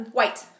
white